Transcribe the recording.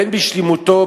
בין בשלמותו,